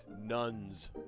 Nuns